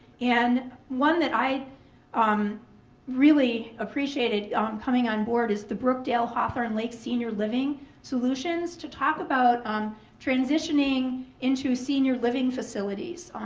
and one that i um really appreciated coming on board is the brookdale hawthorn lakes senior living solutions to talk about transitioning into senior living facilities.